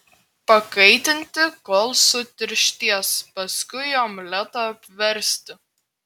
pakaitinti kol sutirštės paskui omletą apversti